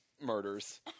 murders